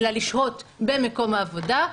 אלא לשהות במקום העבודה.